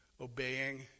obeying